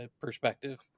Perspective